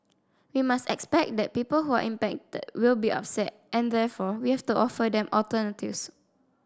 we must expect that people who are impacted will be upset and therefore we have to offer them alternatives